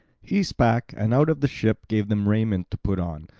he spake, and out of the ship gave them raiment to put on.